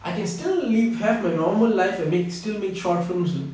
I can still live have my normal life and make still make short films